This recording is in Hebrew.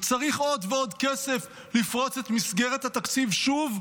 הוא צריך עוד ועוד כסף לפרוץ את מסגרת התקציב שוב?